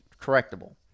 correctable